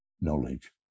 knowledge